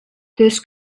this